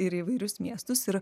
ir įvairius miestus ir